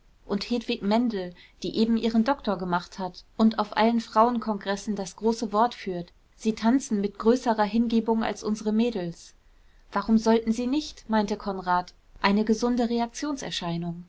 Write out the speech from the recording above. und hedwig mendel die eben ihren doktor gemacht hat und auf allen frauenkongressen das große wort führt sie tanzen mit größerer hingebung als unsere mädels warum sollten sie nicht meinte konrad eine gesunde